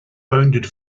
bounded